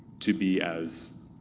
to be as